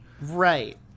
Right